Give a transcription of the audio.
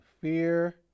fear